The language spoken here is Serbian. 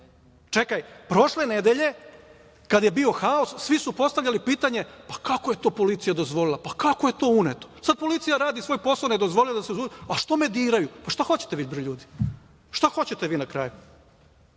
dana. Čekaj, prošle nedelje kad je bio haos svi su postavljali pitanje – pa, ako je to policija dozvolila, pa kako je to uneto? Sad policija radi svoj posao, ne dozvoljava da se unosi, a što me diraju? Šta hoćete, bre, vi, ljudi? Šta hoćete vi na kraju?